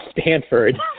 Stanford